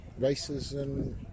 racism